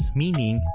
meaning